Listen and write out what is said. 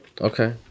okay